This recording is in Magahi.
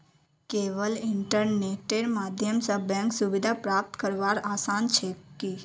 केवल इन्टरनेटेर माध्यम स बैंक सुविधा प्राप्त करवार आसान छेक की